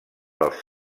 dels